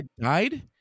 died